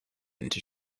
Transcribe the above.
into